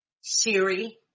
Siri